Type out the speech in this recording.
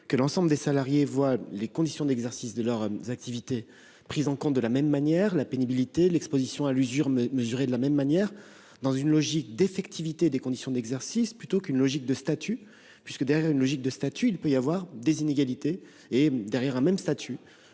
que l'ensemble des salariés voient les conditions d'exercice de leurs activités prises en compte de la même manière. La pénibilité, l'exposition à l'usure doivent être mesurées de la même façon, dans une logique d'effectivité des conditions d'exercice plutôt que dans une logique de statut. En effet, derrière une logique de statut, il peut y avoir des inégalités et, derrière un même statut,